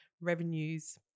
revenues